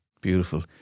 Beautiful